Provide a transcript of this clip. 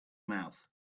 mouth